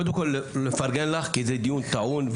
קודם כול, לפרגן לך, כי זה דיון טעון.